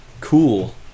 cool